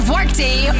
Workday